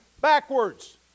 backwards